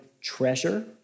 treasure